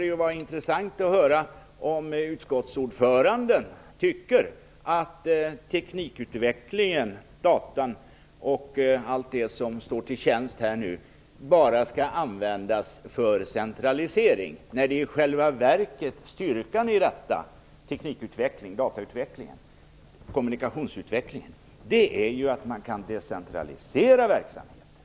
Det skulle vara intressant att höra om utskottsordföranden tycker att teknikutvecklingen - datan och allt det som står till tjänst - bara skall användas för centralisering. Styrkan i teknikutvecklingen, utvecklingen när det gäller data och kommunikationer, är att man kan decentralisera verksamheter.